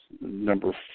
number